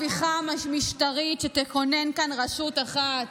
הפיכה משטרית שתכונן כאן רשות אחת,